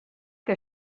que